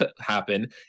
happen